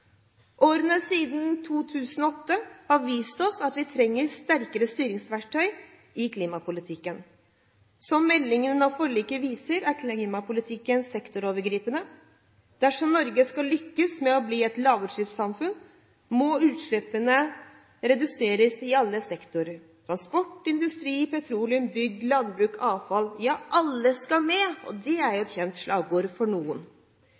Årene siden 2008 har vist oss at vi trenger sterkere styringsverktøy i klimapolitikken. Som meldingen og forliket viser, er klimapolitikken sektorovergripende. Dersom Norge skal lykkes med å bli et lavutslippssamfunn, må utslippene reduseres i alle sektorer. Transport, industri, petroleum, bygg, landbruk, avfall – ja, alle skal med. Det er jo et kjent slagord for noen.